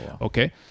Okay